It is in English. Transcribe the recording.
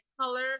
color